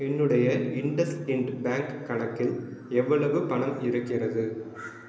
என்னுடைய IndusInd bank கணக்கில் எவ்வளவு பணம் இருக்கிறது